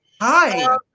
Hi